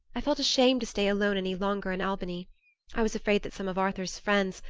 i felt ashamed to stay alone any longer in albany i was afraid that some of arthur's friends,